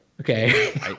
Okay